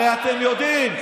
הרי אתם יודעים.